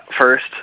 first